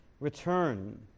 return